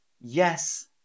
yes